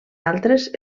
altres